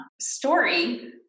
Story